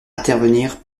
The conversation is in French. intervenir